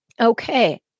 Okay